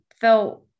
felt